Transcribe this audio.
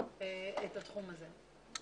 את התחום הזה.